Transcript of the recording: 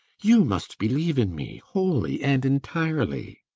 you must believe in me, wholly and entirely!